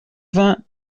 vingt